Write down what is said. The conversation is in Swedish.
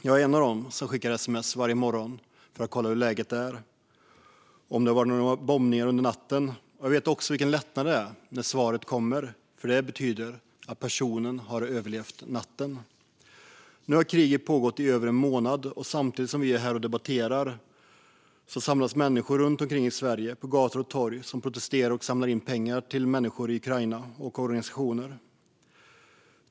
Jag är en av dem som skickar sms varje morgon för att kolla hur läget är och om det har varit bombningar under natten. Jag vet vilken lättnad det är när svaret kommer, för det betyder att personen har överlevt natten. Nu har kriget pågått i över en månad. Samtidigt som vi är här och debatterar samlas människor på gator och torg runt omkring i Sverige och protesterar och samlar in pengar till människor i Ukraina och till organisationer.